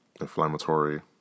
inflammatory